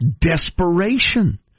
desperation